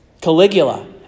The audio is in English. Caligula